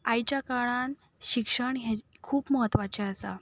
आयच्या काळांत शिक्षण हें खूब म्हत्वाचें आसा